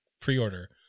pre-order